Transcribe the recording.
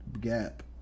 gap